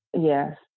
Yes